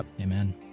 amen